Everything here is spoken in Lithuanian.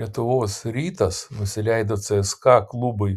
lietuvos rytas nusileido cska klubui